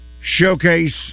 showcase